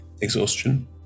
Exhaustion